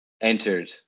entered